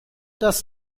das